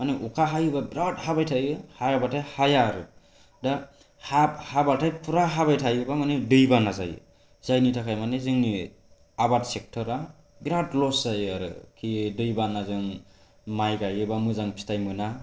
माने अखा हायोबा बिराद हाबाय थायो हायाबाथाय हाया आरो दा हाबाथाय फुरा हाबाय थायोबा माने दैबाना जायो जायनि थाखाय माने जोंनि आबाद चेक्टरा बिराद लस जायो आरोखि दैबानाजों माइ गायोबा मोजां फिथाइ मोना